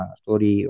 story